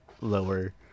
lower